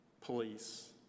police